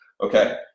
okay